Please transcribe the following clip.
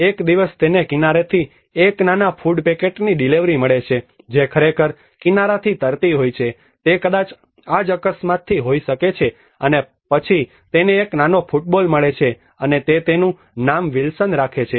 એક દિવસ તેને કિનારેથી એક નાના ફૂડ પેકેટની ડિલિવરી મળે છે જે ખરેખર કિનારાથી તરતી હોય છે તે કદાચ આ જ અકસ્માતથી હોઈ શકે છે અને પછી તેને એક નાનો ફૂટબોલ મળે છે અને તે તેનું નામ વિલ્સન રાખે છે